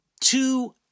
two